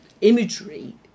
imagery